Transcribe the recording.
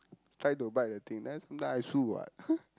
try to bite the thing then I chew what